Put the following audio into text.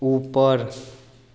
ऊपर